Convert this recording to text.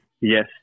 Yes